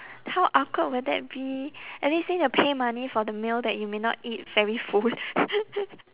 how awkward will that be and then you still need to pay money for the meal that you may not eat very full